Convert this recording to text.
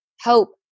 hope